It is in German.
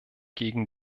gegen